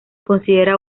considera